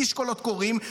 מגיש קולות קוראים,